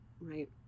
right